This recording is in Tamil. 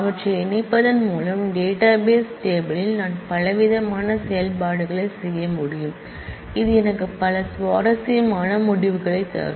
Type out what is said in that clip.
அவற்றை இணைப்பதன் மூலம் டேட்டாபேஸ் டேபிள் ல் நான் பலவிதமான செயல்பாடுகளைச் செய்ய முடியும் இது எனக்கு பல சுவாரஸ்யமான முடிவுகளைத் தரும்